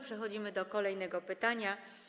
Przechodzimy do kolejnego pytania.